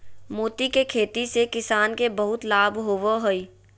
मोती के खेती से किसान के बहुत लाभ होवो हय